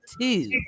two